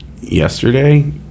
yesterday